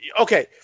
Okay